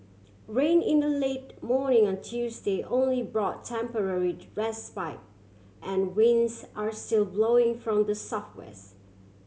rain in the late morning on Tuesday only brought temporary respite and winds are still blowing from the southwest